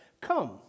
Come